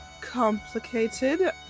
complicated